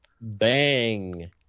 Bang